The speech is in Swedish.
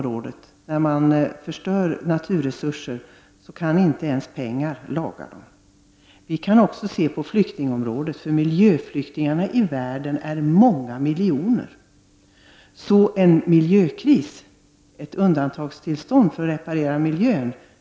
När man förstör naturresurser kan inte ens pengar reparera skadorna. Det finns flera miljo ner miljöflyktingar i världen. Vi anser att det finns ett stort behov av ett undantagstillstånd för att reparera miljön.